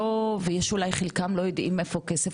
ויש אולי חלקם לא יודעים איפה הכסף,